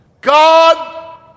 God